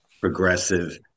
progressive